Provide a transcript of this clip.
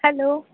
hello